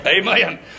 Amen